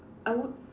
I would